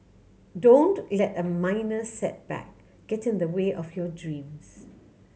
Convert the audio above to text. don't let a minor setback get in the way of your dreams